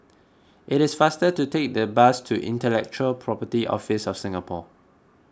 it is faster to take the bus to Intellectual Property Office of Singapore